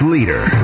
Leader